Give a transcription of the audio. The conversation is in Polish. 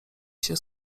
się